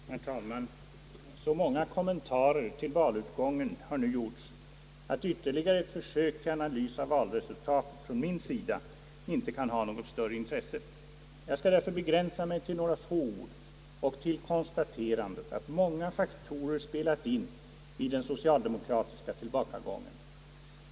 Herr talman! Så många kommentarer till valutgången har nu gjorts, att ytterligare ett försök till analys av valresultatet från min sida inte kan ha något större intresse, Jag skall därför begränsa mig till några få ord på den punkten och till konstaterandet att många faktorer spelat in vid den socialdemokratiska tillbakagången.